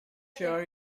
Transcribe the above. sure